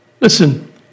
Listen